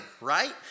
right